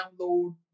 download